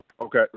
Okay